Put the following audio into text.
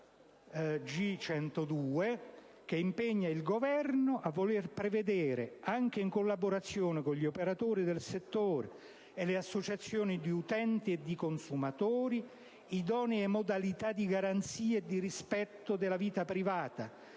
del giorno G102, che impegna il Governo a voler prevedere - anche in collaborazione con gli operatori del settore e le associazioni di utenti e di consumatori - idonee modalità di garanzia e di rispetto della vita privata,